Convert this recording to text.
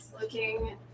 looking